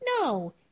No